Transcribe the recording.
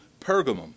Pergamum